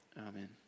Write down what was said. amen